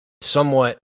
somewhat